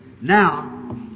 Now